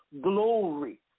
glory